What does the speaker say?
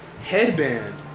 Headband